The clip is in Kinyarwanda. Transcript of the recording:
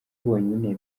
bonyine